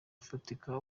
ufatika